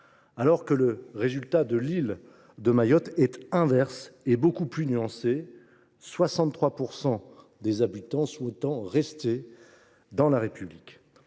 alors que le résultat sur l’île de Mayotte est inverse et beaucoup plus nuancé, 63 % de ses habitants souhaitant rester dans la République.